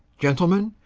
gentlemen,